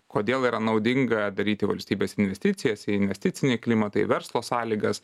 kodėl yra naudinga daryti valstybės investicijas į investicinį klimatą į verslo sąlygas